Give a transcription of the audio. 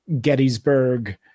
Gettysburg